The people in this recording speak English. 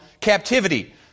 captivity